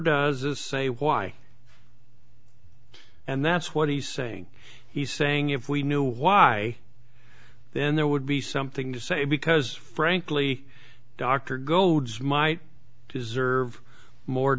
does a say why and that's what he's saying he's saying if we knew why then there would be something to say because frankly dr goads might deserve more